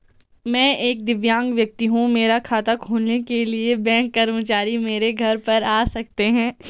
मैं एक दिव्यांग व्यक्ति हूँ मेरा खाता खोलने के लिए बैंक कर्मचारी मेरे घर पर आ सकते हैं?